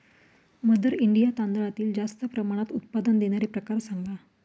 mother India तांदळातील जास्त प्रमाणात उत्पादन देणारे प्रकार सांगा